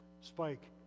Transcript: spike